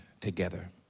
together